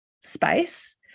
space